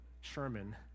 Sherman